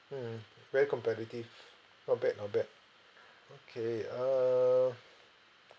mm very competitive not bad not bad okay uh